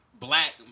Black